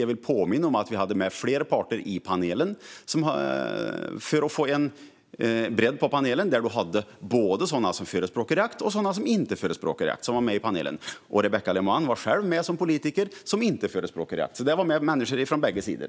Jag påminner om att vi hade med flera parter i panelen för att få en bredd av både sådana som förespråkar jakt och sådana som inte förespråkar jakt. Rebecka Le Moine var själv med i egenskap av politiker som inte förespråkar jakt. Det var alltså människor med från bägge sidor.